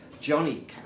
Johnny